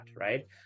right